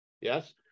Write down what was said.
yes